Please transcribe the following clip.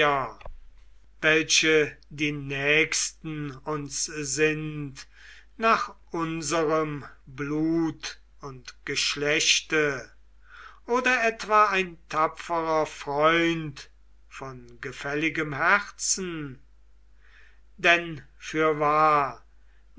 welche die nächsten uns sind nach unserem blut und geschlechte oder etwa ein tapferer freund von gefälligem herzen denn fürwahr